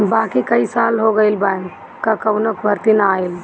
बाकी कई साल हो गईल बैंक कअ कवनो भर्ती ना आईल